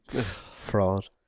Fraud